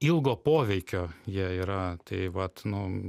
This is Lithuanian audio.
ilgo poveikio jie yra tai vat nu